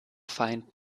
feind